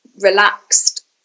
relaxed